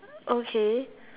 okay